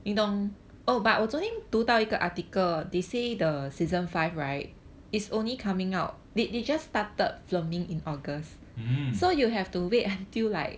mm